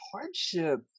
hardship